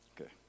Okay